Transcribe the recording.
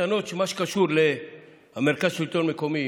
מה שקשור למרכז השלטון המקומי,